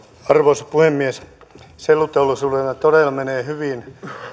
arvoisa puhemies selluteollisuudella todella menee hyvin